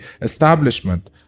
establishment